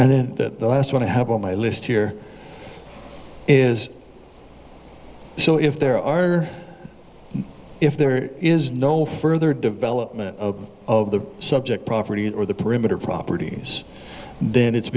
and the last one i have on my list here is so if there are if there is no further development of the subject property or the perimeter properties then it's